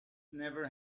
never